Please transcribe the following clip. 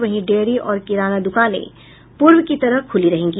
वहीं डेयरी और किराना दुकानें पूर्व की तरह खुली रहेंगी